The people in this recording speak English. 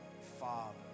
father